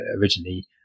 originally